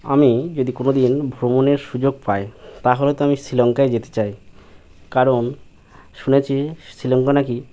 আমি যদি কোনো দিন ভ্রমণের সুযোগ পাই তাহলে তো আমি শ্রীলঙ্কায় যেতে চাই কারণ শুনেছি শ্রীলঙ্কা না কি